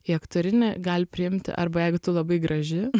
į aktorinį gali priimti arba jeigu tu labai graži